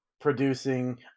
producing